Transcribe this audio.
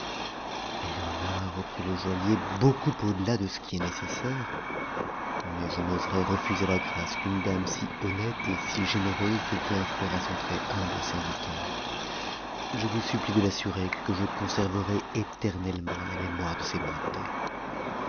il y en a reprit le joaillier beaucoup au-delà de ce qui est nécessaire mais je n'oserais refuser la grâce qu'une dame si honnête et si généreuse veut bien faire à son très-humble serviteur je vous supplie de l'assurer que je conserverai éternellement la mémoire de ses bontés